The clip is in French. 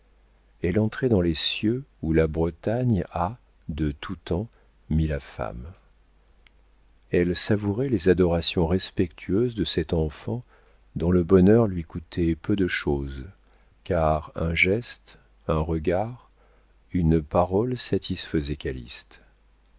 elle entrait dans les cieux où la bretagne a de tout temps mis la femme elle savourait les adorations respectueuses de cet enfant dont le bonheur lui coûtait peu de chose car un geste un regard une parole satisfaisaient